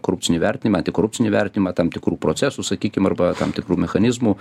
korupcinį vertinimą antikorupcinį vertinimą tam tikrų procesų sakykim arba tam tikrų mechanizmų